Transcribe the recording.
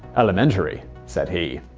elementary, said he.